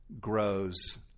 grows